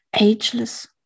ageless